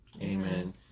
Amen